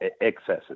excesses